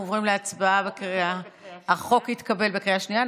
החוק התקבל בקריאה שנייה.